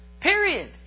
Period